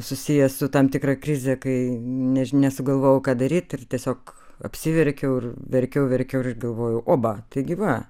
susijęs su tam tikra krize kai neži nesugalvojau ką daryt ir tiesiog apsiverkiau ir verkiau verkiau ir galvojau oba taigi va